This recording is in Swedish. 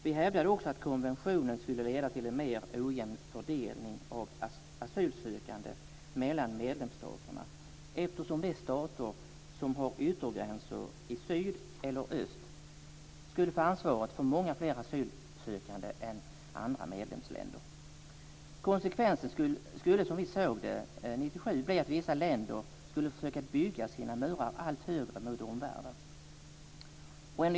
Vi hävdade också att konventionen skulle leda till en mer ojämn fördelning av asylsökande mellan medlemsstaterna eftersom de stater som har yttergränser i syd eller öst skulle få ansvaret för många fler asylsökande än andra medlemsländer. Konsekvensen skulle, som vi såg det 1997, bli att vissa länder försökte bygga sina murar allt högre mot omvärlden.